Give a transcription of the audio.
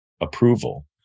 approval